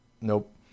Nope